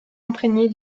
imprégnée